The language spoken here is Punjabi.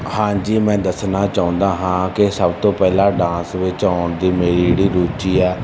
ਹਾਂਜੀ ਮੈਂ ਦੱਸਣਾ ਚਾਹੁੰਦਾ ਹਾਂ ਕਿ ਸਭ ਤੋਂ ਪਹਿਲਾਂ ਡਾਂਸ ਵਿੱਚ ਆਉਣ ਦੀ ਮੇਰੀ ਜਿਹੜੀ ਰੁਚੀ ਹੈ